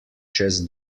čez